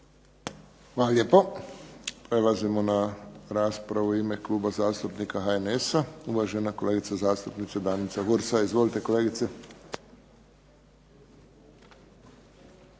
Hvala lijepo. Prelazimo na raspravu u ime Kluba zastupnika HNS-a. Uvažena kolegica zastupnika Danica Hursa. Izvolite kolegice.